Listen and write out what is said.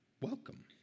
welcome